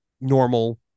normal